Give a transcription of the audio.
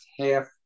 half